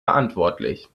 verantwortlich